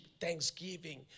thanksgiving